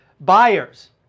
buyers